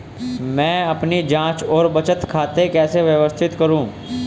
मैं अपनी जांच और बचत खाते कैसे व्यवस्थित करूँ?